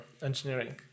engineering